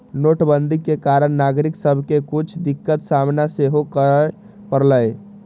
नोटबन्दि के कारणे नागरिक सभके के कुछ दिक्कत सामना सेहो करए परलइ